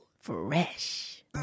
Fresh